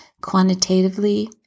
quantitatively